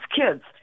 kids